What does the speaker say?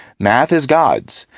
math is god's,